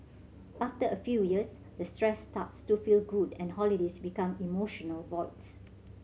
after a few years the stress starts to feel good and holidays become emotional voids